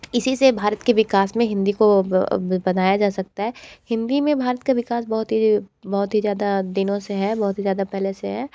इसी से भारत के विकास में हिंदी को बनाया जा सकता है हिंदी में भारत का विकास बहुत ही बहुत ही ज़्यादा दिनों से है बहुत ज़्यादा पहले से है